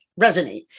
resonate